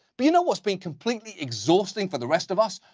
but you know what's been completely exhausting for the rest of us?